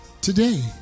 today